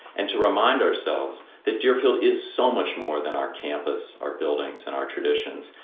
and to remind ourselves that deerfield is so much more than our campus, our buildings and our traditions,